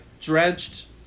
drenched